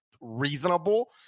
reasonable